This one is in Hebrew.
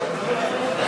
לוי לסעיף